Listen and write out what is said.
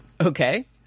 Okay